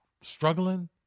struggling